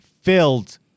filled